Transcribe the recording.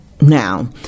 Now